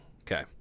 okay